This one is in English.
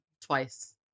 twice